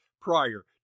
prior